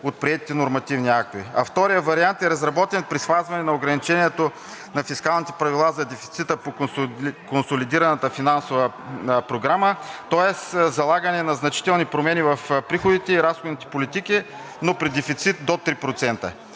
от приетите нормативни актове. А вторият вариант е разработен при спазване на ограничението на фискалните правила за дефицита по консолидираната финансова програма, тоест залагане на значителни промени в приходите и разходните политики, но при дефицит до 3%.